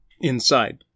inside